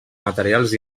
materials